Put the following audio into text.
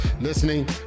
listening